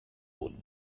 wurden